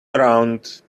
around